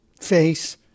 face